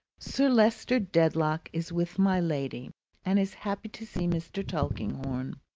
sir leicester dedlock is with my lady and is happy to see mr. tulkinghorn.